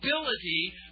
ability